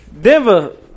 Denver